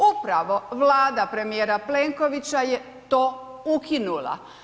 Upravo Vlada premijera Plenkovića je to ukinula.